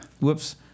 Whoops